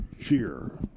cheer